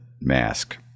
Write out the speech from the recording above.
Mask